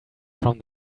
from